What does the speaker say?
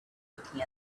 looking